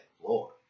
floor